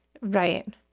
Right